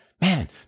man